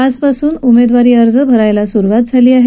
आजपासूनच उमेदवारी अर्ज भरण्यास सुरुवात झाली आहे